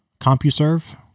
CompuServe